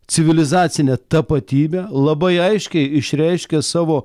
civilizacinę tapatybę labai aiškiai išreiškė savo